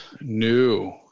new